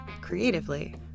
creatively